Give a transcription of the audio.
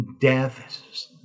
death